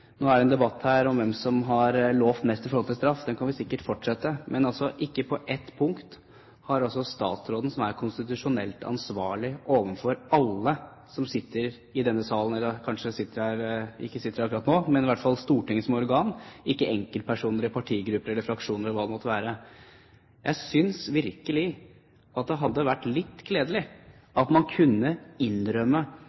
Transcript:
Nå er det en debatt her om hvem som har lovt mest når det gjelder straff. Den kan vi sikkert fortsette. Men ikke på ett punkt har altså statsråden, som er konstitusjonelt ansvarlig overfor alle som sitter i denne salen, eller kanskje ikke sitter her akkurat nå, men i hvert fall overfor Stortinget som organ – ikke enkeltpersoner, partigrupper, fraksjoner eller hva det måtte være – innrømme noe. Jeg synes virkelig at det hadde vært litt